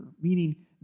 Meaning